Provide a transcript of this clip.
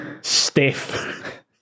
Stiff